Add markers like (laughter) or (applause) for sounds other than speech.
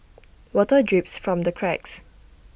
(noise) water drips from the cracks